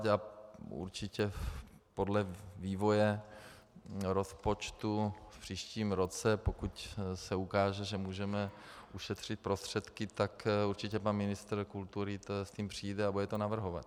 A určitě podle vývoje rozpočtu v příštím roce, pokud se ukáže, že můžeme ušetřit prostředky, pan ministr kultury s tím přijde a bude to navrhovat.